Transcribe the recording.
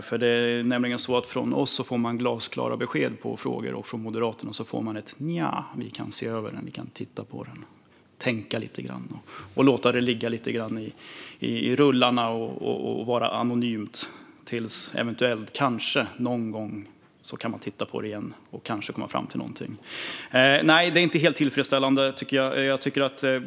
Från oss får man nämligen glasklara besked om frågor, men från Moderaterna får man ett "Nja, vi kan se över det, titta på det, tänka lite grann och låta det ligga i rullorna och vara anonymt tills man eventuellt, kanske någon gång kan titta på det igen och kanske komma fram till något." Nej, detta tycker jag inte är helt tillfredsställande.